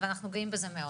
ואנחנו גאים בזה מאוד.